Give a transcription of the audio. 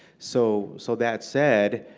so so that said,